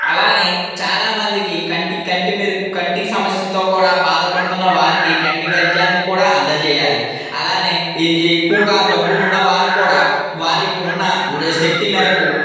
అలాగే చాలామందికి కంటి కంటి మెరుగు కంటి సమస్యతో కూడా బాధపడుతు ఉన్నవారికి కంటి వైద్యాన్ని కూడా అందచేయాలి అలాగే ఎక్కువగా డబ్బు ఉన్న వాళ్ళు కూడా వాళ్ళకి ఉన్న శక్తి మేరకు